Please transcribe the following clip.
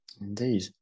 Indeed